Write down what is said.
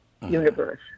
universe